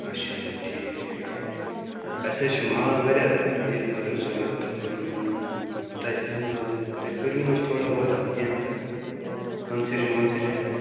اَچھا اَچھا ٹھیٖک اَدٕ اَسے چھُ ماز واریاہ عیٖد خٲطرٕ ضروٗرت تہٕ تُہۍ تُہۍ کٔرِو نہَ حظ تھوڑا بہت تتھ کیٚنٛہہ تہٕ کنسیشن ونسیشن